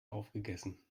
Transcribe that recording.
aufgegessen